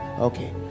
Okay